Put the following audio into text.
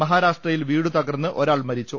മഹാരാഷ്ട്ര യിൽ വീടു തകർന്ന് ഒരാൾ മരിച്ചു